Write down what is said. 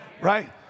right